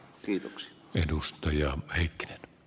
yksi edustaja lajikkeet e